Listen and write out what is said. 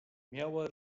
miała